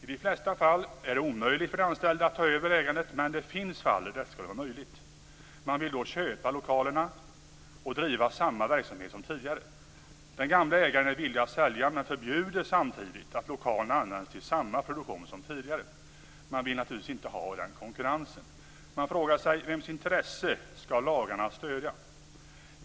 I de flesta fall är det omöjligt för de anställda att ta över ägandet, men det finns fall där detta skulle vara möjligt. De vill då köpa lokalerna och driva samma verksamhet som tidigare. Den gamle ägaren är villig att sälja men förbjuder samtidigt att lokalen används till samma produktion som tidigare. Man vill naturligtvis inte ha den konkurrensen. Jag frågar mig vems intresse lagarna skall stödja.